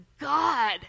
God